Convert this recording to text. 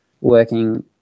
working